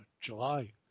July